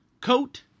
coat